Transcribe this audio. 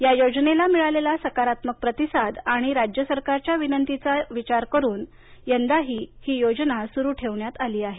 या योजनेला मिळालेला सकारात्मक प्रतिसाद आणि राज्य सरकारच्या विनंतीचा विचार करून यंदाही ही योजना सुरू ठेवण्यात आली आहे